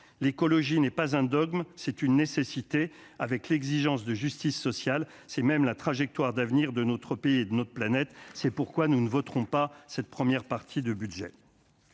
l'écologie n'est pas un dogme, c'est une nécessité, avec l'exigence de justice sociale, c'est même la trajectoire d'avenir de notre pays et de notre planète, c'est pourquoi nous ne voterons pas cette première partie de budget.